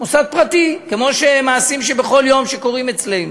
מוסד פרטי, כמו מעשים שבכל יום קורים אצלנו,